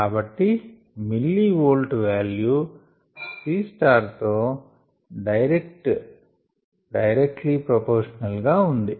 కాబట్టి millivolt value Cతో directly proportional గా ఉంది